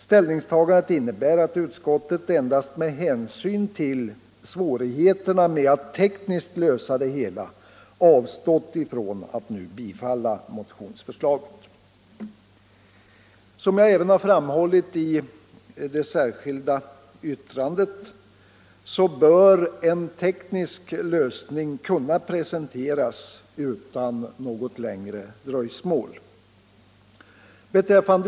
Ställningstagandet innebär att utskottet med hänsyn endast till svårigheterna med en teknisk lösning avstått från att nu till styrka motionsförslaget. Som jag har framhållit i det särskilda yttrandet bör en teknisk lösning kunna presenteras utan något längre dröjsmål.